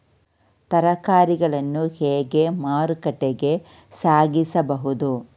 ತರಕಾರಿಗಳನ್ನು ಹೇಗೆ ಮಾರುಕಟ್ಟೆಗೆ ಸಾಗಿಸಬಹುದು?